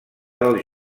del